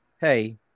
Hey